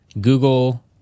Google